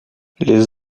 les